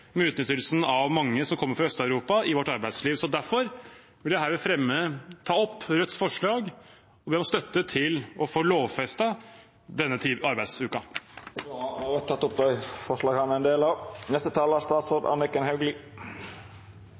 utnyttelsen av mange som kommer fra Øst-Europa. Derfor vil jeg herved ta opp Rødts forslag og be om støtte til å få lovfestet 37,5 timers arbeidsuke. Då har representanten Bjørnar Moxnes teke opp det forslaget han refererte til. Forslagsstilleren ønsker at regjeringen skal utrede en gradvis reduksjon av